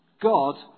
God